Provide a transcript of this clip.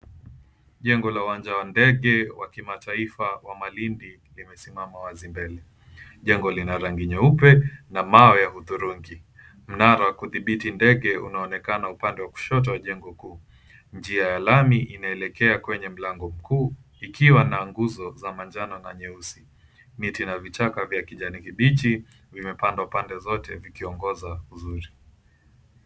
Jengo la uwanja wa ndege wa kimataifa wa Malindi limesimama wazi mbele. Jengo lina rangi nyeupe na mawe ya hudhurungi. Mnara wa kudhibiti ndege unaonekana upande wa kushoto wa jengo kuu. Njia ya lami inaelekea kwenye mlango mkuu likiwa na nguzo za manjano na nyeusi. Miti na vichaka vya kijani kibichi vimepandwa pande zote vikiongeza uzuri.